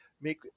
make